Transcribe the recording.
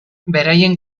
beraien